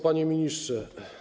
Panie Ministrze!